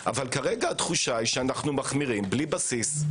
אבל כרגע התחושה היא שאנו מחמירים בלי בסיס.